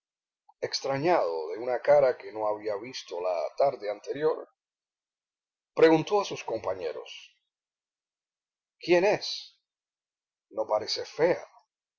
extrañado de una cara que no había visto la tarde anterior preguntó a sus compañeros quién es no parece fea